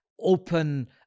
open